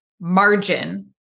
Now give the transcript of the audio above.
margin